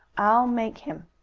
i'll make him.